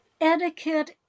Etiquette